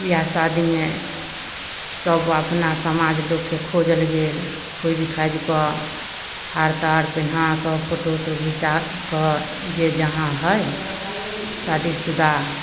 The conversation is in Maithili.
बिआह शादीमे सभ अपना समाज लोकके खोजल गेल खोजि खाजिकऽ हार तार पहिनाकऽ फोटो ओटो घिचाकऽ जे जहाँ हइ शादीशुदा